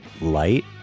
light